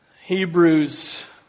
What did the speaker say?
Hebrews